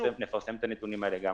נפרסם את הנתונים האלה בשמחה,